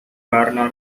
garner